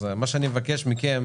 אז מה שאני מבקש מכם